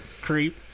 Creep